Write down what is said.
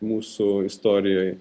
mūsų istorijoj